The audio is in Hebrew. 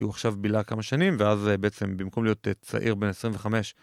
הוא עכשיו בילה כמה שנים ואז בעצם במקום להיות צעיר בן 25.